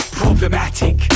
problematic